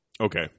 Okay